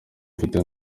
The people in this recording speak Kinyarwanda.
ufite